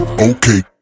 Okay